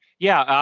yeah.